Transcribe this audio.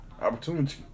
Opportunity